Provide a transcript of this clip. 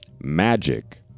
magic